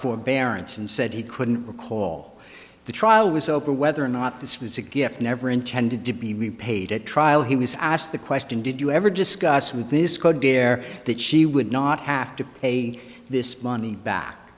forbearance and said he couldn't recall the trial was over whether or not this was a gift never intended to be repaid at trial he was asked the question did you ever discuss with this could be there that she would not have to pay this money back